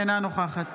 אינה נוכחת